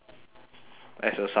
as a summary right